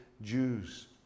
Jews